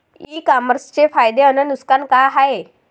इ कामर्सचे फायदे अस नुकसान का हाये